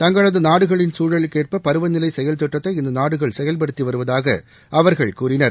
தங்களது நாடுகளின் சூழலுக்கேற்ப பருவநிலை செயல்திட்டத்தை இந்த நாடுகள் செயல்படுத்தி வருவதாக அவர்கள் கூறினர்